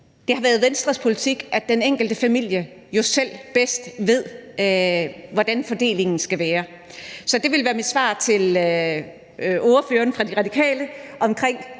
Det har været Venstres politik, at den enkelte familie jo selv bedst ved, hvordan fordelingen skal være. Så det vil være mit svar til ordføreren for De Radikale. Vi